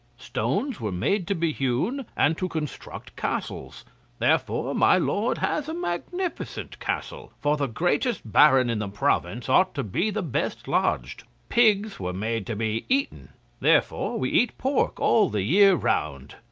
stones were made to be hewn, and to construct castles therefore my lord has a magnificent castle for the greatest baron in the province ought to be the best lodged. pigs were made to be eaten therefore we eat pork all the year round.